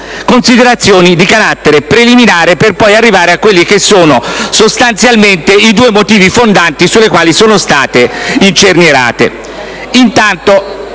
considerazioni di carattere preliminare, per poi arrivare a quelli che sono sostanzialmente i due motivi fondanti sulle quali sono state incernierate. Intanto,